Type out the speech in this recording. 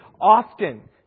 Often